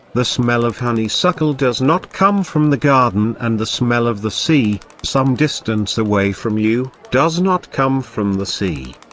the smell of honeysuckle does not come from the garden and the smell of the sea, some distance away from you, does not come from the sea.